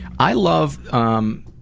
i love um